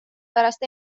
pärast